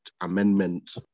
amendment